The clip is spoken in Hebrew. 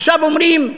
עכשיו אומרים,